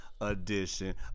edition